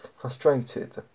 frustrated